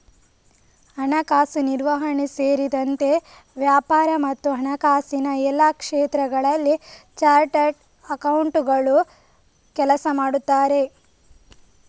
ಹಣಕಾಸು ನಿರ್ವಹಣೆ ಸೇರಿದಂತೆ ವ್ಯಾಪಾರ ಮತ್ತು ಹಣಕಾಸಿನ ಎಲ್ಲಾ ಕ್ಷೇತ್ರಗಳಲ್ಲಿ ಚಾರ್ಟರ್ಡ್ ಅಕೌಂಟೆಂಟುಗಳು ಕೆಲಸ ಮಾಡುತ್ತಾರೆ